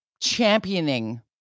championing